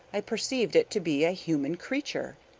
i perceived it to be a human creature,